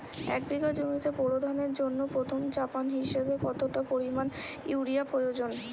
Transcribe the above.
এক বিঘা জমিতে বোরো ধানের জন্য প্রথম চাপান হিসাবে কতটা পরিমাণ ইউরিয়া প্রয়োজন?